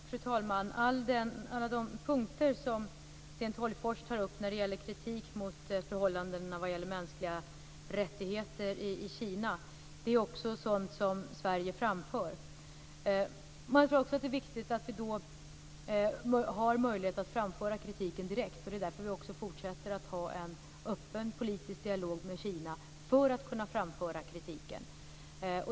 Fru talman! Alla de punkter som Sten Tolgfors tar upp när det gäller kritik mot förhållanden för mänskliga rättigheter i Kina är också sådant som Sverige framför. Jag tror också att det viktigt att vi har möjlighet att framföra kritiken direkt. Det är därför vi också fortsätter att ha en öppen politisk dialog med Kina för att kunna framföra kritiken.